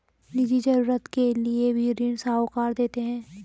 निजी जरूरत के लिए भी ऋण साहूकार देते हैं